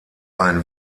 ein